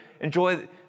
enjoy